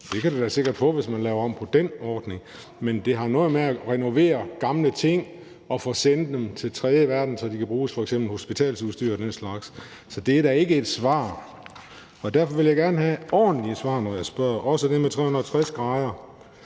Det kan det da sikkert få, hvis man laver om på den ordning, men det er noget med at renovere gamle ting og så sende dem til den tredje verden, så de kan bruges der, f.eks. hospitalsudstyr og den slags. Så det er da ikke et svar, og derfor vil jeg gerne have et ordentligt svar, når jeg spørger, også i forhold til det